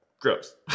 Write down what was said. Gross